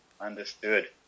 understood